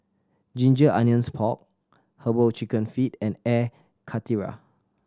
ginger onions pork Herbal Chicken Feet and Air Karthira